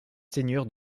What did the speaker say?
seigneurs